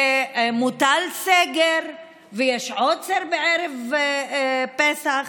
ומוטל סגר, ויש עוצר בערב פסח,